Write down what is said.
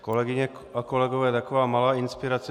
Kolegyně a kolegové, taková malá inspirace.